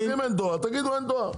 תגידו אין דואר.